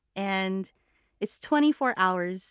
and it's twenty four hours.